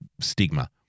stigma